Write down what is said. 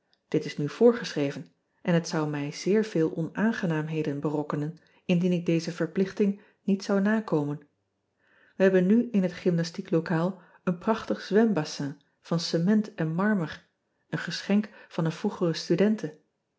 it is nu voorgeschreven en het zou mij zeer veel onaangenaamheden berokkenen indien ik deze verplichting niet zou nakomen ij hebben nu in het gymnastieklokaal een prachtig zwembassin van cement en marmer een geschenk van een vroegere studente